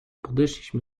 podeszliśmy